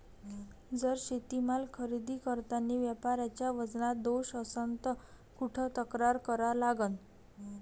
जर शेतीमाल खरेदी करतांनी व्यापाऱ्याच्या वजनात दोष असन त कुठ तक्रार करा लागन?